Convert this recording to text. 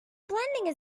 blending